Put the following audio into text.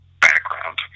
background